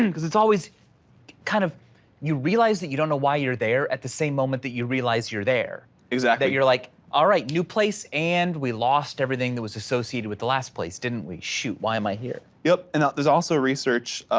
and because it's always kind of you realize that you don't know why you're there at the same moment that you realize you're there. then you're like, all right, new place, and we lost everything that was associated with the last place, didn't we shoot, why am i here? yep, and there's also research,